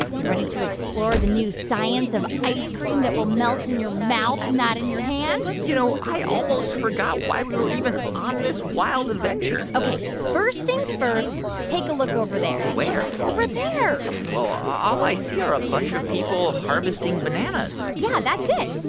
you ready to explore the new science of ice cream that will melt in your mouth, not in your hand? you know, i almost forgot why we were even on this wild adventure ok. first things first, take a look over there where? over there well, all i see are a bunch of people harvesting bananas yeah, that's it.